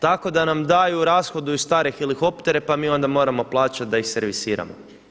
Tako da nam daju, rashoduju stare helikoptere pa onda mi moramo plaćati da ih servisiramo.